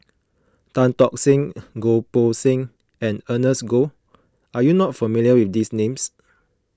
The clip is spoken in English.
Tan Tock Seng Goh Poh Seng and Ernest Goh are you not familiar with these names